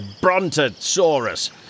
Brontosaurus